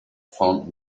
found